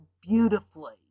beautifully